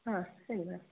ಹಾಂ ಹೇಳಿ ಮ್ಯಾಮ್